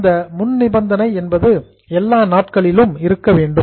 இந்த ப்ரீகண்டிஷன் முன்நிபந்தனை என்பது எல்லா நாட்களிலும் இருக்க வேண்டும்